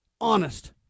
honest